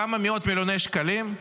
כמה מאות מיליוני שקלים.